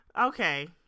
Okay